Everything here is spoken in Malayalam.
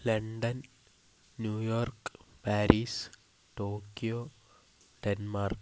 London New York Paris Tokyo Denmark